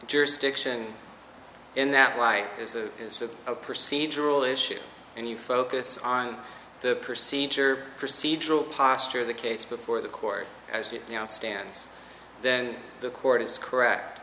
jurisdiction in that light is a is a procedural issue and you focus on the procedure procedural posture of the case before the court as it now stands then the court is correct